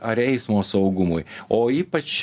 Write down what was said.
ar eismo saugumui o ypač